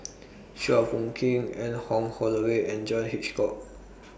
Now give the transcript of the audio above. Chua Phung Kim Anne Wong Holloway and John Hitchcock